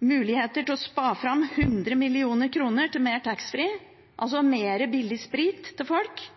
mulighet til å spa fram 100 mill. kr til mer taxfree-handel, altså mer billig sprit til folk,